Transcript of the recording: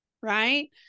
Right